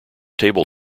table